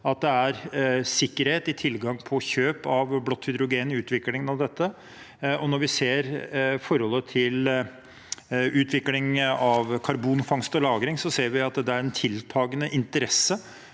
at det er sikkerhet i tilgang på kjøp av blått hydrogen i utviklingen av dette. Når vi ser forholdet til utvikling av karbonfangst og -lagring, ser vi at det er en tiltakende interesse